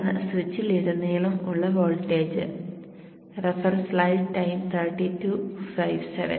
ഇതാണ് സ്വിച്ചിലുടനീളം ഉള്ള വോൾട്ടേജ്